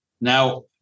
Now